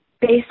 based